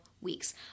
weeks